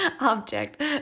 object